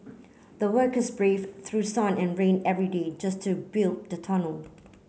the workers braved through sun and rain every day just to build the tunnel